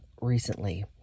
recently